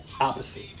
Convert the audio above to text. opposite